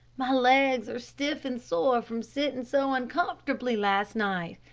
my legs are stiff and sore from sitting so uncomfortably last night,